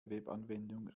webanwendung